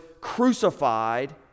crucified